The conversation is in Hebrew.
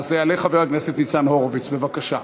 אז יעלה חבר הכנסת ניצן הורוביץ, בבקשה.